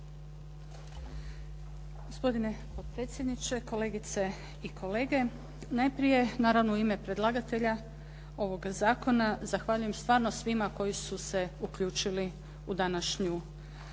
Gospodine predsjedniče, kolegice i kolege. Najprije, naravno u ime predlagatelja ovoga zakona zahvaljujem stvarno svima koji su se uključili u današnju raspravu.